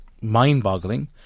mind-boggling